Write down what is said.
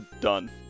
done